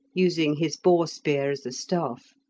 using his boar-spear as a staff.